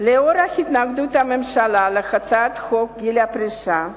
לאור התנגדות הממשלה להצעת חוק גיל פרישה (תיקון,